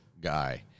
guy